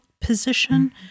position